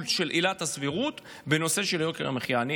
של עילת הסבירות בנושא של יוקר המחיה.